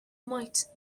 might